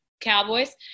Cowboys